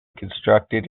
constructed